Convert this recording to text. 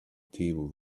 table